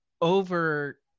over